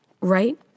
Right